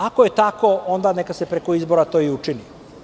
Ako je tako, onda neka se preko izbora to i učini.